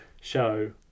show